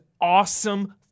awesome